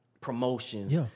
promotions